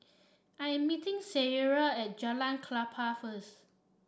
I am meeting Sierra at Jalan Klapa first